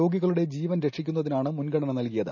രോഗികളുടെ ജീവൻ രക്ഷിക്കുന്നതിനാണ് മുൻഗണന നൽകിയത്